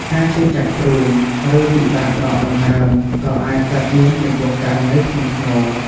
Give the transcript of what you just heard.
ការឈឺចាប់ទ្រូង ឬពិបាកដកដង្ហើមក៏អាចកើតមានចំពោះករណីធ្ងន់ធ្ងរ។